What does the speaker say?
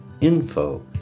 info